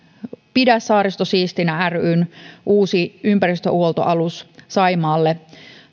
pidä saaristo siistinä ryn uusi ympäristönhuoltoalus saimaalle